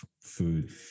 food